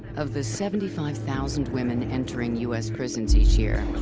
of the seventy five thousand women entering u s. prisons each year,